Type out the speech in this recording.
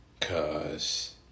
Cause